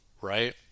right